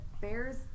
bear's